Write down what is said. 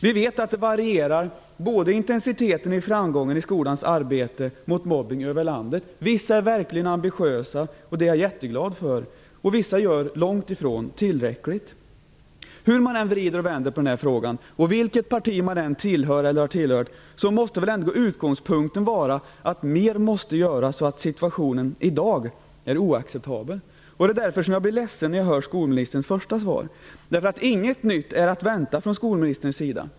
Vi vet att både intensiteten i och framgången med skolans arbete mot mobbning varierar över landet. Vissa är verkligen ambitiösa. Det är jag jätteglad för. Men vissa gör långt ifrån tillräckligt. Hur man än vrider och vänder på den här frågan, vilket parti man än tillhör eller har tillhört, så måste ändå utgångspunkten vara att mer måste göras. Situationen i dag är oacceptabel. Därför blev jag ledsen när jag hörde skolministerns första svar, att inget nytt är att vänta från skolministerns sida.